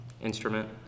instrument